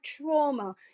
trauma